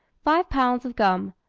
five lbs. of gum,